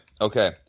Okay